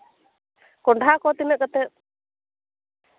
ᱠᱚᱱᱰᱷᱟ ᱠᱚ ᱛᱤᱱᱟᱹᱜ ᱠᱟᱛᱮᱜ